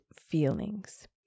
feelings